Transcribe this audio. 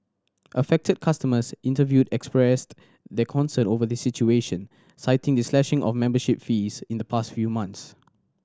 affected customers interviewed expressed their concern over the situation citing the slashing of membership fees in the past few months